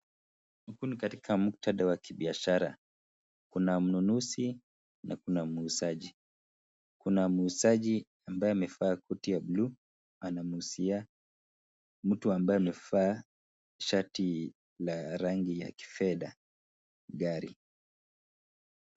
Huku ni katika muktadha wa kibiashara. Kuna mnunuzi na kuna muuzaji. Kuna muuzaji ambaye amevaa koti ya buluu anamuuzia mtu ambaye amevaa shati la rangi ya kifedha gari.